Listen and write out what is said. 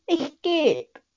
escape